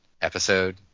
episode